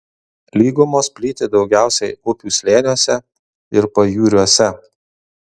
lygumos plyti daugiausiai upių slėniuose ir pajūriuose